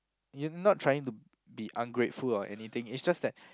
you not trying to be ungrateful or anything it's just that